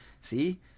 See